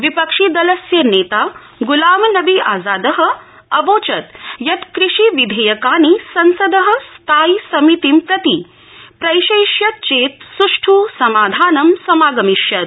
विपक्षि लस्य नेता ग्लाम नवी आजा अवोचत् यत् कृषि विधेयकानि संस स्थाइ समितिं प्रति प्रैषयिष्यत् चेत् सुष्ठु समाधानं समागमिष्यत्